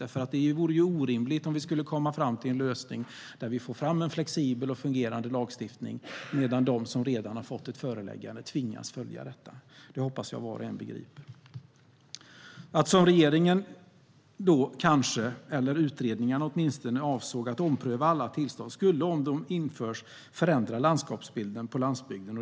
Det vore orimligt om vi skulle komma fram till en lösning med en flexibel och fungerande lagstiftning, medan de som redan har fått ett föreläggande tvingas att följa detta. Det hoppas jag att var och en begriper. Genom att göra som regeringen eller utredningen avsåg, nämligen att se till att alla tillstånd omprövas, skulle man förändra landskapsbilden på landsbygden.